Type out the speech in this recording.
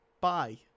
bye